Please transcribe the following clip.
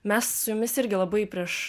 mes su jumis irgi labai prieš